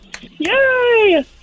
Yay